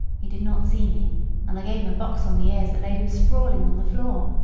he did not see me and i gave him a box on the ears that laid him sprawling on the floor.